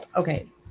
Okay